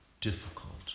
difficult